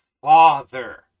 father